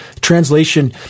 Translation